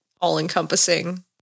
all-encompassing